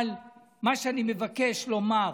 אבל מה שאני מבקש לומר,